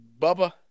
Bubba